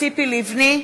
ציפי לבני,